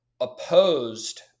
opposed